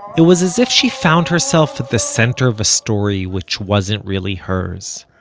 it was as if she found herself at the center of a story which wasn't really hers.